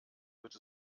wird